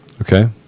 Okay